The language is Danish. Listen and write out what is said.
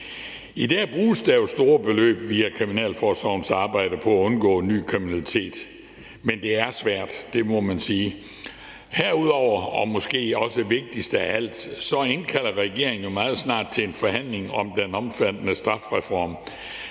I dag bruges der store beløb via kriminalforsorgens arbejde på at undgå ny kriminalitet, men det er svært – det må man sige. Herudover og måske også vigtigst af alt indkalder regeringen jo meget snart til en forhandling om den omfattende strafreform,